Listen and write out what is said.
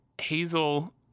hazel